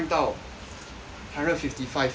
hundred fifty five